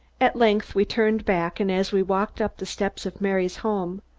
at length we turned back and as we walked up the steps of mary's home,